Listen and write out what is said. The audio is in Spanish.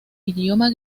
idioma